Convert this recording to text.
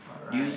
do you